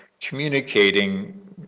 communicating